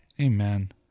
Amen